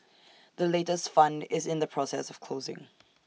the latest fund is in the process of closing